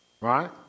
Right